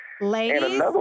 Ladies